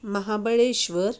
Mahabaleshwar